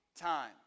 time